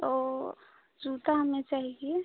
ओ जूता हमें चाहिए